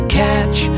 catch